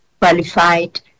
qualified